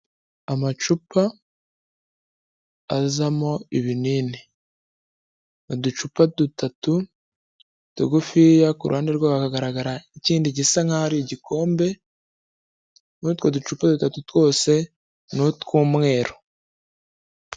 Amacupa azamo ibinini. Uducupa dutatu tugufiya, ku ruhande rwaho hagaragara ikindi gisa nk'aho ari igikombe, n'utwo ducupa dutatu twose ni utw'umweru.